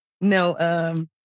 No